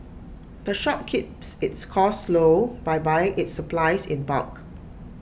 the shop keeps its costs low by buying its supplies in bulk